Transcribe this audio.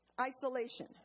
isolation